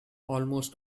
almost